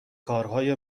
کارهای